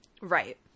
Right